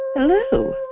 Hello